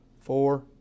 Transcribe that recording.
four